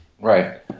Right